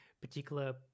particular